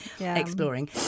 exploring